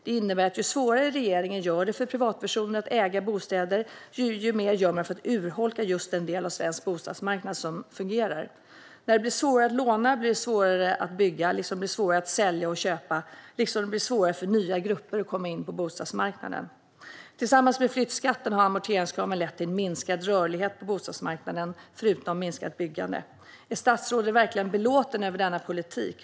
Det innebär att ju svårare regeringen gör det för privatpersoner att äga bostäder, desto mer urholkas den del av svensk bostadsmarknad som fungerar. När det blir svårare att låna blir det svårare att bygga. Det blir även svårare att sälja och att köpa, och det blir svårare för nya grupper att komma in på bostadsmarknaden. Tillsammans med flyttskatten har amorteringskraven lett till en minskad rörlighet på bostadsmarknaden förutom minskat byggande. Är statsrådet verkligen belåten över denna politik?